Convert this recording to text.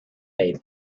baby